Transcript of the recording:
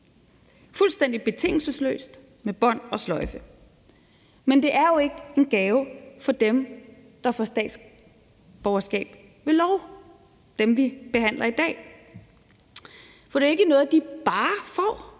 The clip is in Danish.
fuldstændig betingelsesløst med bånd og sløjfe. Men det er ikke en gave for dem, der får statsborgerskab ved lov, altså dem, vi behandler i dag. For det er jo ikke noget, de bare får.